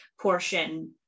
portion